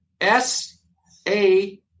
S-A